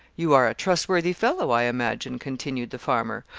you are a trustworthy fellow, i imagine, continued the farmer.